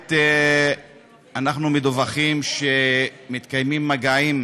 כעת אנחנו מדווחים שמתקיימים מגעים